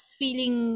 feeling